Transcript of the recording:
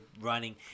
running